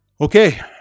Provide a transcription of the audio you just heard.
okay